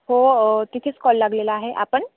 हो तिथेच कॉल लागलेला आहे आपण